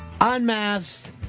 Unmasked